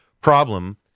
problem